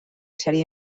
sèrie